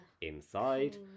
inside